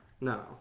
no